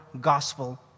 gospel